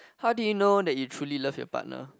how do you know that you truly love your partner